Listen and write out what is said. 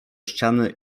ściany